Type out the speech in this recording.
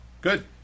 Good